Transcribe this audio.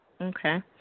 Okay